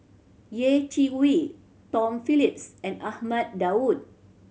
Yeh Chi Wei Tom Phillips and Ahmad Daud